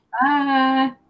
Bye